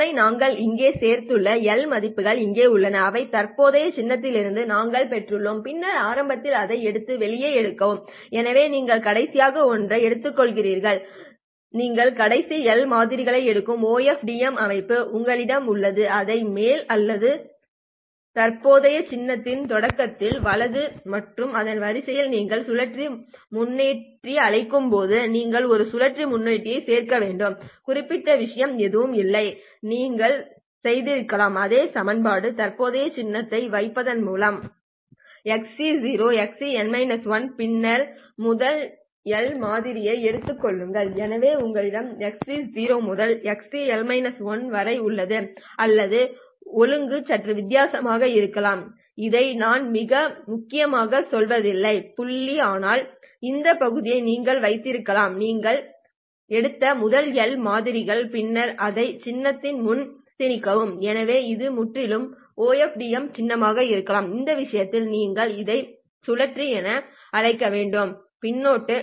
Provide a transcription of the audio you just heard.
ஒருமுறை நாங்கள் இங்கே சேர்த்துள்ள எல் மதிப்புகள் இங்கே உள்ளன அவை தற்போதைய சின்னத்திலிருந்தே நாங்கள் பெற்றுள்ளோம் பின்னர் ஆரம்பத்தில் அதை எடுத்து வெளியே எடுக்கவும் எனவே நீங்கள் கடைசியாக ஒன்றை எடுத்துக்கொள்கிறீர்கள் நீங்கள் கடைசி எல் மாதிரிகளை எடுக்கும் OFDM அமைப்பு உங்களிடம் உள்ளது அதை மேலே அல்லது தற்போதைய சின்னத்தின் தொடக்கத்தில் வலது மற்றும் அந்த வரிசையில் நீங்கள் சுழற்சி முன்னொட்டு என்று அழைக்கும்போது நீங்கள் ஒரு சுழற்சி முன்னொட்டை சேர்க்க வேண்டிய குறிப்பிட்ட விஷயம் எதுவும் இல்லை நீங்கள் செய்திருக்கலாம் அதே செயல்பாடு தற்போதைய சின்னத்தை வைத்திருப்பதன் மூலம் அதாவது xc xc பின்னர் முதல் எல் மாதிரியை எடுத்துக் கொள்ளுங்கள் எனவே உங்களிடம் xc முதல் xc வரை உள்ளது அல்லது ஒழுங்கு சற்று வித்தியாசமாக இருக்கலாம் இதை நான் மிக முக்கியமாக சொல்லவில்லை புள்ளி ஆனால் இந்த பகுதியை நீங்கள் வைத்திருக்கலாம் நீங்கள் எடுத்த முதல் எல் மாதிரிகள் பின்னர் அதை சின்னத்தின் முன் திணிக்கவும் எனவே இது முற்றிலும் ஒரு OFDM சின்னமாக இருக்கலாம் இந்த விஷயத்தில் நீங்கள் இதை சுழற்சி என அழைக்க வேண்டும் பின்னொட்டு